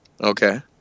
Okay